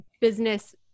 business